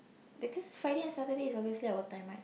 because Friday and Saturday is obviously our time right